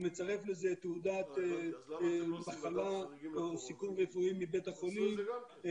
הוא מצרף לזה תעודת מחלה או סיכום רפואי מבית החולים,